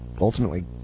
ultimately